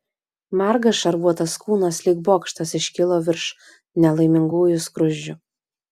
margas šarvuotas kūnas lyg bokštas iškilo virš nelaimingųjų skruzdžių